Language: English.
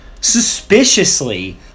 suspiciously